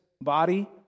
body